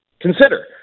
consider